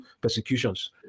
persecutions